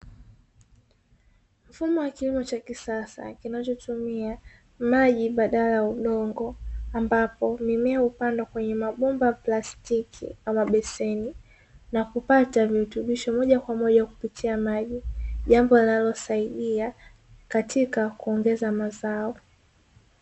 Mfumo wa kilimo cha kisasa kinachotumia maji badala ya udongo, ambapo mimea hupandwa kwenye mabomba ya plastiki na mabeseni na kupata virutubisho moja kwa moja kupitia maji jambo linalosaidia katika kuongeza mazao.